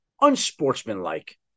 unsportsmanlike